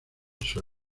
sus